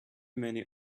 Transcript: many